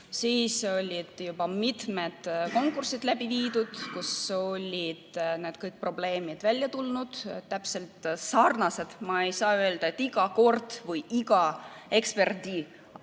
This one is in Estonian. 2016. Olid juba mitmed konkursid läbi viidud, kus olid kõik need probleemid välja tulnud, täpselt sarnased. Ma ei saa öelda, et iga kord või iga eksperdi